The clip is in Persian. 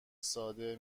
ساده